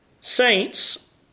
Saints